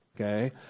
okay